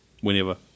Whenever